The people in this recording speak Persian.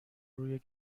روی